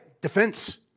Defense